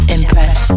Impress